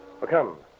come